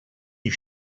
you